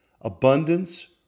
abundance